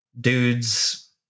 dudes